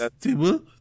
table